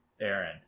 Aaron